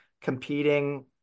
competing